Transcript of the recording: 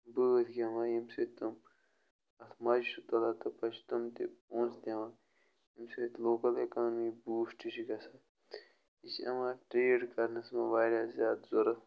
بٲتھ گٮ۪وان ییٚمہِ سۭتۍ تِم اَتھ مَزٕ چھُ تُلان تہٕ پتہٕ چھِ تِم تہِ پونٛسہٕ دِوان ییٚمہِ سۭتۍ لوکَل اِکانمی بوٗسٹ چھِ گژھان یہِ چھِ یِوان ٹرٛیڈ کَرنَس منٛز واریاہ زیادٕ ضوٚرَتھ